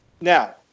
Now